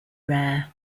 rare